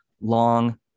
long